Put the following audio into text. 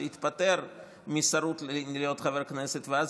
שהתפטר משרות כדי להיות חבר כנסת ואז